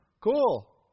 Cool